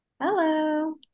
Hello